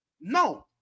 No